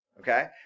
Okay